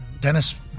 Dennis